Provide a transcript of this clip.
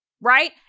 Right